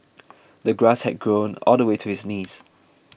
the grass had grown all the way to his knees